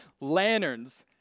lanterns